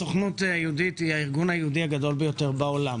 הסוכנות היהודית היא הארגון היהודי הגדול ביותר בעולם.